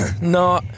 no